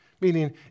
meaning